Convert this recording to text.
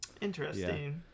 interesting